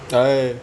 !hais!